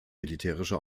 militärische